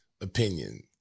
opinion